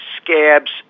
Scabs